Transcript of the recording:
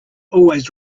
always